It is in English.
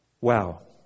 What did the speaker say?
Wow